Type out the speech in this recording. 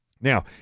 Now